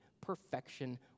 perfection